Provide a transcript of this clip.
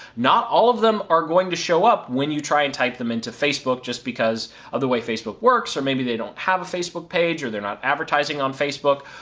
not all of them are going to show up when you try and type them in to facebook just because how the way facebook works or maybe they don't have a facebook page or they are not advertising on facebook.